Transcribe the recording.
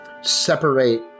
separate